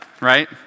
right